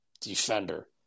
defender